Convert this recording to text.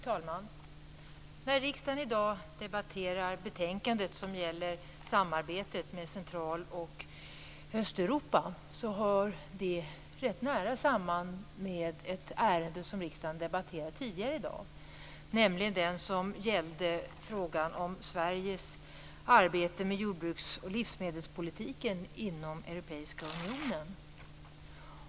Fru talman! När riksdagen i dag debatterar ett betänkande som gäller samarbetet med Central och Östeuropa hör det rätt nära samman med ett ärende som riksdagen debatterade tidigare i dag, nämligen det som gällde frågan om Sveriges arbete med jordbruks och livsmedelspolitiken inom Europeiska unionen.